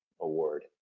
Award